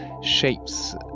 shapes